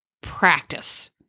practice